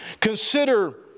Consider